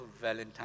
Valentine